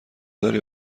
داری